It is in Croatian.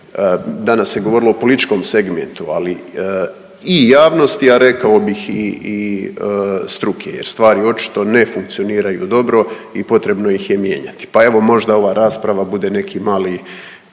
Danas se govorilo o političkom segmentu, ali i javnosti, a rekao bih i struke jer stvari očito ne funkcioniraju dobro i potrebno ih je mijenjati. Pa evo možda ova rasprava bude neki mali